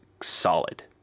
solid